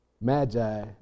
Magi